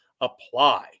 apply